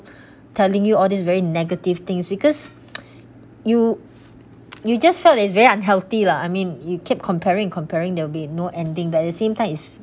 telling you all this very negative things because you you just felt it's very unhealthy lah I mean you kept comparing comparing there will be no ending but at the same time is